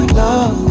love